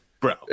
Bro